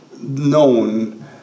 known